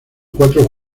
cuatro